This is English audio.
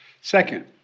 Second